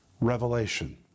revelation